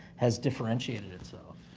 has differentiated itself,